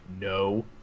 No